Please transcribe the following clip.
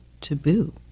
taboo